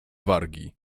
wargi